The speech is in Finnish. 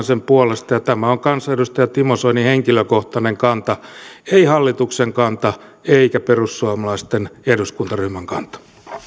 sen puolesta ja tämä on kansanedustaja timo soinin henkilökohtainen kanta ei hallituksen kanta eikä perussuomalaisten eduskuntaryhmän kanta